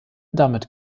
damit